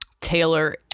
Taylor